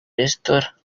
resitora